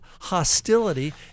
hostility